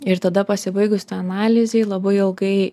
ir tada pasibaigus tai analizei labai ilgai